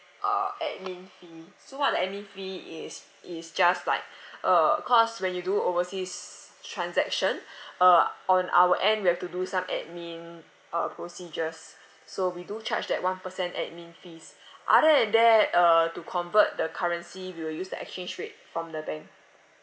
uh admin fee so what the admin fee is is just like uh cause when you do overseas transaction uh on our end we have to do some admin uh procedures so we do charge that one percent admin fees other than that uh to convert the currency we will use the exchange rate from the bank